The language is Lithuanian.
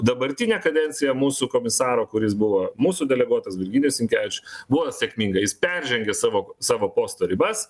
dabartinė kadencija mūsų komisaro kuris buvo mūsų deleguotas virginijus sinkevičius buvo sėkminga jis peržengė savo savo posto ribas